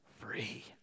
free